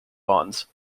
bonds